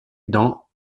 dans